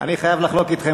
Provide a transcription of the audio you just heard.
אני חייב לחלוק אתכם,